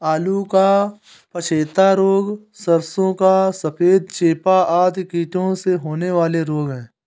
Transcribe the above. आलू का पछेता रोग, सरसों का सफेद चेपा आदि कीटों से होने वाले रोग हैं